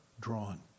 drawn